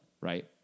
right